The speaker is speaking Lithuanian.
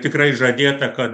tikrai žadėta kad